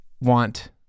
want